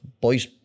Boys